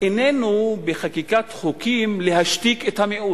איננו בחקיקת חוקים להשתיק את המיעוט.